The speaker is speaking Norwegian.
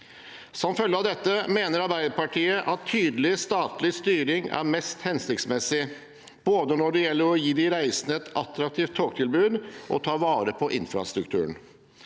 Som følge av dette mener Arbeiderpartiet at tydelig statlig styring er mest hensiktsmessig når det gjelder både å gi de reisende et attraktivt togtilbud og å ta vare på infrastrukturen.